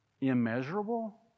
Immeasurable